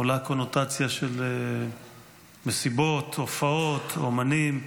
עולה קונוטציה של מסיבות, הופעות, אומנים,